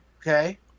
Okay